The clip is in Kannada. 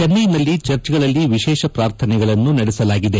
ಚೆನ್ನೈನಲ್ಲಿ ಚರ್ಚ್ಗಳಲ್ಲಿ ವಿಶೇಷ ಪ್ರಾರ್ಥನೆಗಳನ್ನು ನಡೆಸಲಾಗಿದೆ